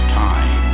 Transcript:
time